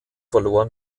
verloren